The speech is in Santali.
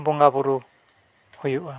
ᱵᱚᱸᱜᱟ ᱵᱳᱨᱳ ᱦᱩᱭᱩᱜᱼᱟ